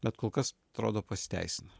bet kol kas atrodo pasiteisina